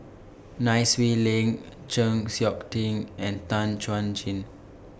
Nai Swee Leng Chng Seok Tin and Tan Chuan Jin